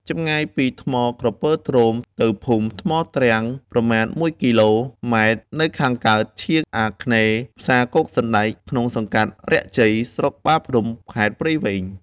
ចម្ងាយពីថ្មក្រពើទ្រោម ទៅភូមិថ្មទ្រាំងប្រមាណ ១ គ.ម. នៅខាងកើតឆៀងអាគ្នេយ៍ផ្សារគោកសណ្ដែក ក្នុងសង្កាត់រាក់ជ័យ ស្រុកបាភ្នំ ខេត្តព្រៃវែង ។